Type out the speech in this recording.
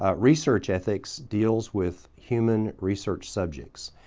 ah research ethics deals with human research subjects.